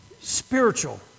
spiritual